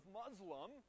muslim